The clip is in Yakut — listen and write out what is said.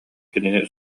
кинини